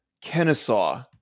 Kennesaw